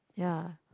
yeah